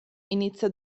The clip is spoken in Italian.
inizia